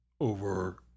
over